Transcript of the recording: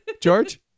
George